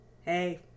hey